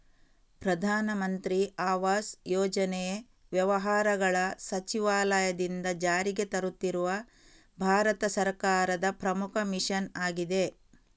ಪ್ರಧಾನ ಮಂತ್ರಿ ಆವಾಸ್ ಯೋಜನೆ ವ್ಯವಹಾರಗಳ ಸಚಿವಾಲಯದಿಂದ ಜಾರಿಗೆ ತರುತ್ತಿರುವ ಭಾರತ ಸರ್ಕಾರದ ಪ್ರಮುಖ ಮಿಷನ್ ಆಗಿದೆ